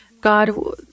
God